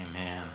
Amen